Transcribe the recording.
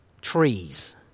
trees